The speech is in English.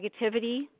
negativity